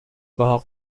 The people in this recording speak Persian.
باغ